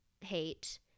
hate